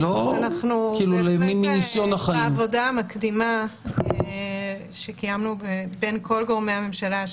בהחלט בעבודה המקדימה שקיימנו בין כל גורמי הממשלה,